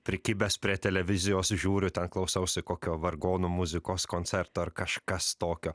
prikibęs prie televizijos žiūriu ten klausausi kokio vargonų muzikos koncerto ar kažkas tokio